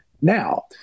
Now